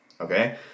Okay